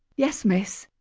yes, miss.